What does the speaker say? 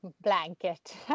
blanket